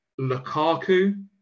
Lukaku